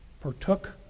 partook